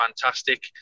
fantastic